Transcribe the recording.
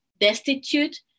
destitute